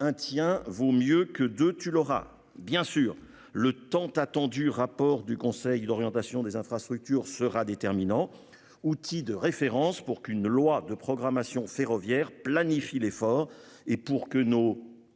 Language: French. un tiens vaut mieux que 2, tu l'auras bien sûr le tant attendu rapport du conseil d'orientation des infrastructures sera déterminant, outil de référence pour qu'une loi de programmation ferroviaire planifie l'effort et pour que nos